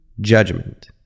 judgment